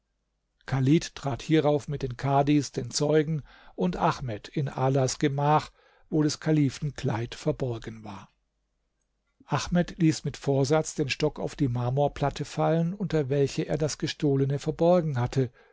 chalid trat hierauf mit den kadhis den zeugen und ahmed in alas gemach wo des kalifen kleid verborgen war ahmed ließ mit vorsatz den stock auf die marmorplatte fallen unter welche er das gestohlene verborgen hatte